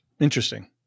Interesting